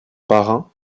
parrain